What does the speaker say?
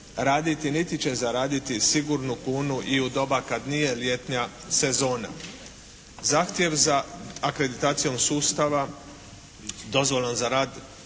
raditi niti će zaraditi sigurnu kunu i u doba kad nije ljetna sezona. Zahtjev za akreditacijom sustava, dozvolom za rad